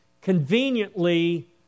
conveniently